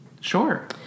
Sure